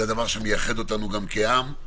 זה גם דבר שמייחד אותנו כעם.